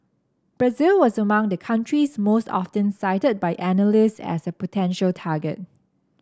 Brazil was among the countries most often cited by analysts as a potential target